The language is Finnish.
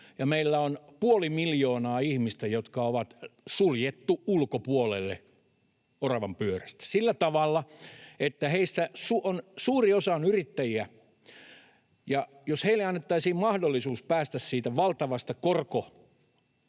meillä on puoli miljoonaa ihmistä, jotka on suljettu ulkopuolelle oravanpyörästä sillä tavalla, että heistä suuri osa on yrittäjiä, ja jos heille annettaisiin mahdollisuus päästä siitä valtavasta korkokasasta,